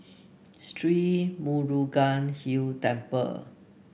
Sri Murugan Hill Temple